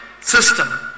system